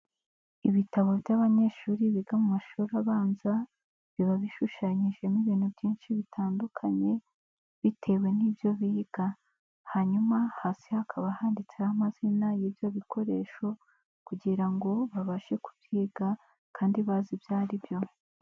Ibitabo by'abanyeshuri biga mu mashuri abanza biba bishushanyijemo ibintu byinshi bitandukanye bitewe n'ibyo biga, hanyuma hasi hakaba handitseho amazina y'ibyo bikoresho kugira ngo babashe kubyiga kandi bazi ibyo aribyo.